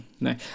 no